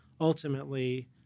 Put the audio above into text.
ultimately